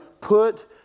put